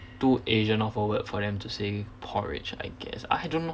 too asian of a word for them to say porridge I guess I don't know